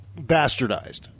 bastardized